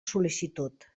sol·licitud